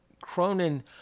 Cronin